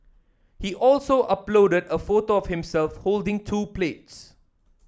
he also uploaded a photo of himself holding two plates